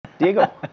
Diego